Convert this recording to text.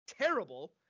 terrible